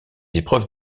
épreuves